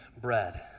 bread